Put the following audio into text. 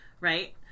right